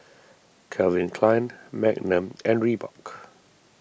Calvin Klein Magnum and Reebok